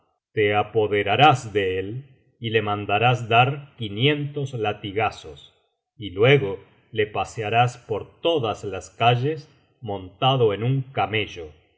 te apoderarás de él y le mandarás dar quinientos latigazos y luego le pasearás por tocias las calles montado en un camello